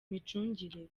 micungire